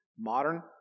modern